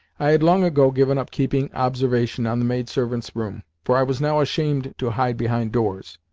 i had long ago given up keeping observation on the maidservants' room, for i was now ashamed to hide behind doors.